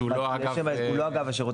שהוא לא אגב השירות?